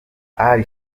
ali